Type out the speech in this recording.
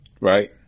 Right